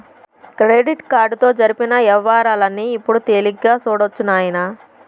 credit కార్డుతో జరిపిన యవ్వారాల్ని ఇప్పుడు తేలిగ్గా సూడొచ్చు నాయనా